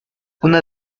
una